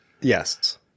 Yes